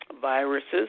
viruses